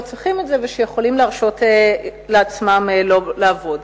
צריכים את זה ושיכולים להרשות לעצמם לא לעבוד.